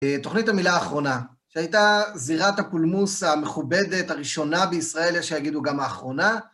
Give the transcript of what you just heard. תוכנית המילה האחרונה, שהייתה זירת הקולמוס המכובדת הראשונה בישראל, יש שיגידו גם האחרונה.